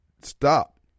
stop